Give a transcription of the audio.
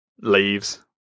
leaves